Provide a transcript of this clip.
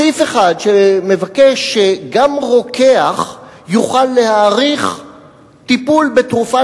סעיף אחד מבקש שגם רוקח יוכל להאריך טיפול בתרופה,